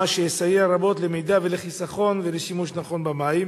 מה שיסייע רבות למידע ולחיסכון ולשימוש נכון במים?